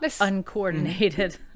uncoordinated